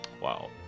Wow